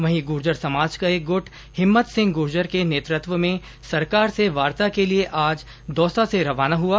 वहीं गुर्जर समाज का एक गूट हिम्मत सिंह गुर्जर के नेतृत्व में सरकार से वार्ता के लिए आज दौसा से रवाना हुआ